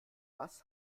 was